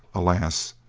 alas,